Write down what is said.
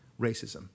racism